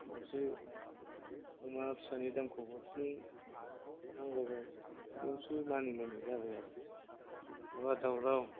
एसे अमा फिसानि दामखौ हरफिन नांलायबाय बिदिआवसो मानिलायनाय जाबाय आरो एसे नङाबा दावराव